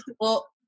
Well-